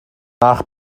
nach